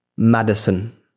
Madison